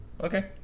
Okay